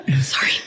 Sorry